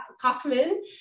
Kaufman